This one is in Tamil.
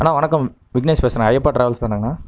அண்ணா வணக்கம் விக்னேஷ் பேசுகிறேன் ஐயப்பா டிராவல்ஸ் தானேங்கண்ணா